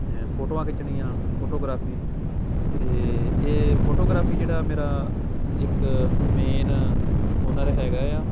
ਫੋਟੋਆਂ ਖਿੱਚਣੀਆਂ ਫੋਟੋਗ੍ਰਾਫ਼ੀ ਅਤੇ ਇਹ ਫੋਟੋਗ੍ਰਾਫ਼ੀ ਜਿਹੜਾ ਮੇਰਾ ਇੱਕ ਮੇਨ ਹੁਨਰ ਹੈਗਾ ਆ